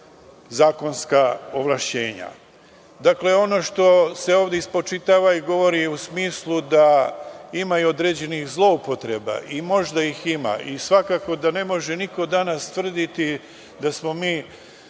zakonska ovlašćenja. Dakle, ono što se vode spočitava i govori u smislu da ima određenih zloupotreba, možda ih i ima i svakako da ne može niko danas tvrditi da smo mi